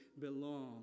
belong